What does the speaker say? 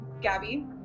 Gabby